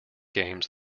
games